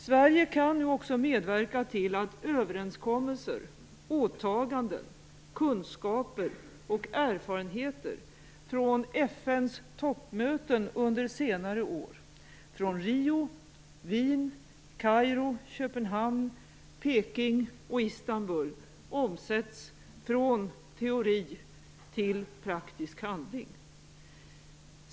Sverige kan nu också medverka till att överenskommelser, åtaganden, kunskaper och erfarenheter från FN:s toppmöten under senare år, från Rio, Wien, Kairo, Köpenhamn, Peking och Istanbul, omsätts från teori till praktisk handling.